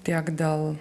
tiek dėl